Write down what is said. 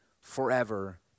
forever